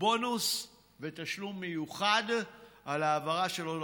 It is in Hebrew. ובונוס ותשלום מיוחד על ההעברה שלו לצפון.